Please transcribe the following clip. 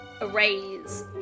arrays